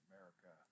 America